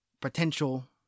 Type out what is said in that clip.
potential